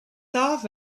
darth